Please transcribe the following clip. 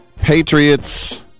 Patriots